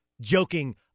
joking